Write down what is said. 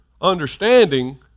understanding